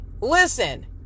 Listen